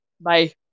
bye